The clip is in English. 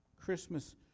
Christmas